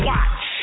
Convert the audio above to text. Watch